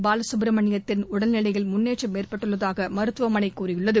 பாலசுப்பிரமணியத்தின் உடல்நிலையில் முன்னேற்றம் ஏற்பட்டுள்ளதாக மருத்துவமனை தெரிவித்துள்ளது